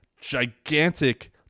gigantic